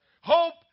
hope